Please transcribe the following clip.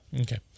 Okay